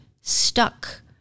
stuck